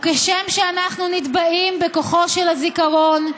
"וכשם שאנחנו נתבעים, בכוחו של הזיכרון,